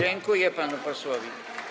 Dziękuję panu posłowi.